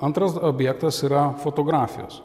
antras objektas yra fotografijos